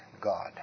God